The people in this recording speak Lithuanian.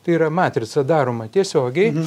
tai yra matrica daroma tiesiogiai